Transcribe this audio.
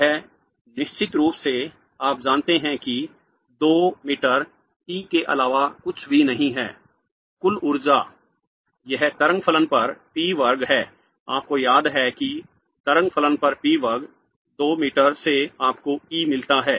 यह निश्चित रूप से आप जानते हैं कि 2 मीटर ई के अलावा कुछ भी नहीं है कुल ऊर्जा यह तरंग फलन पर p वर्ग है आपको याद है कि तरंग फलन पर p वर्ग 2 m से आपको E मिलता है